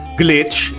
glitch